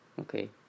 okay